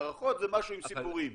הערכות זה משהו עם סיפורים.